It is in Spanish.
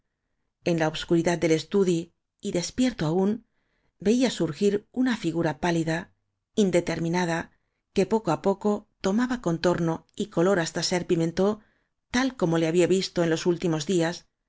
en la obscuridad del estudi y despierto aún veía surgir una figura pálida indeterminada que poco á poco tomaba con torno y color hasta ser pimentó tal como le había visto en los últimos días